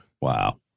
Wow